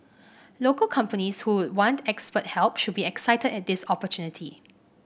local companies who would want expert help should be excited at this opportunity